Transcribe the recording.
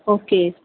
okay